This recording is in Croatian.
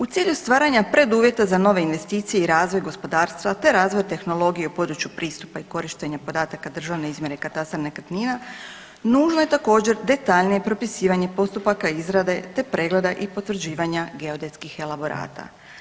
U cilju stvaranja preduvjeta za nove investicije i razvoj gospodarstva te razvoj tehnologije u području pristupa i korištenja podataka državne izmjere i katastra nekretnina nužno je također detaljnije propisivanje postupaka izrade te pregleda i potvrđivanja geodetskih elaborata.